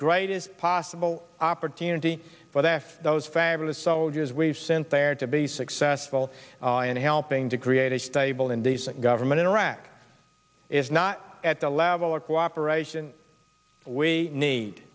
greatest possible opportunity for that those fabulous soldiers we've sent there to be successful in helping to create a stable and decent government interact is not at the level of cooperation we need